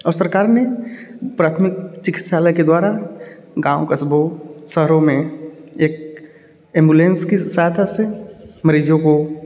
और सरकार ने प्राथमिक चिकित्सालय के द्वारा गाँव कस्बों शहरों में एक एम्बुलेंस की सहायता से मरीजों को हॉस्पिटल में